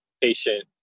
patient